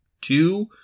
two